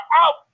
out